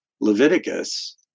Leviticus